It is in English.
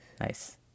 Nice